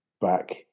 Back